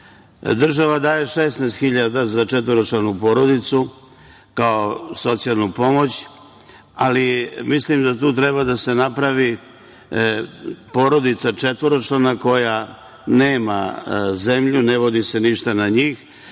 daje 16 hiljada za četvoročlanu porodicu kao socijalnu pomoć, ali mislim da tu treba da se napravi porodica četvoročlana koja nema zemlju, ne vodi se ništa na njih,